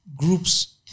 groups